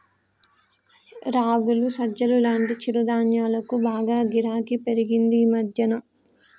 రాగులు, సజ్జలు లాంటి చిరుధాన్యాలకు బాగా గిరాకీ పెరిగింది ఈ మధ్యన